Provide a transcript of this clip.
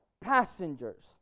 passengers